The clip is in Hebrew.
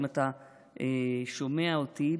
אם אתה שומע אותי,